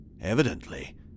Evidently